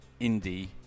indie